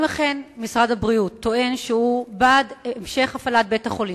אם אכן משרד הבריאות טוען שהוא בעד המשך הפעלת בית-החולים,